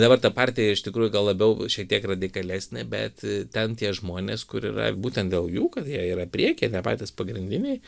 dabar ta partija iš tikrųjų gal labiau šiek tiek radikalesnė bet ten tie žmonės kur yra būtent dėl jų kad jie yra priekyje ne patys pagrindiniai